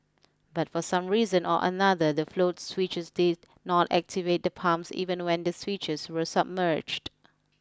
but for some reason or another the float switches did not activate the pumps even when the switches were submerged